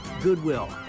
Goodwill